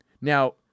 Now